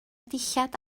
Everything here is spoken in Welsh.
dillad